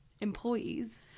employees